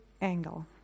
angle